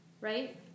right